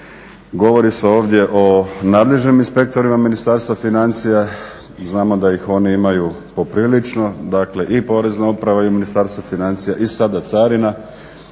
Govori se ovdje o nadležnim inspektorima Ministarstva financija, znamo da ih oni imaju poprilično. Dakle i Porezna uprava i Ministarstvo financija i sada Carina,